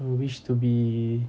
I would wish to be